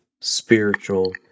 spiritual